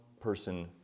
person